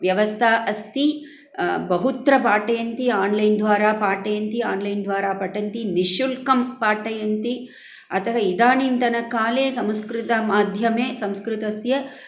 व्यवस्था अस्ति बहुत्र पाठयन्ति आन्लैन् द्वारा पाठयन्ति आन्लैन् द्वारा पठन्ति निःशुल्कं पाठयन्ति अतः इदानीन्तनकाले संस्कृतमाध्यमे संस्कृतस्य